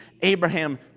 Abraham